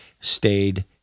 stayed